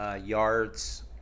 yards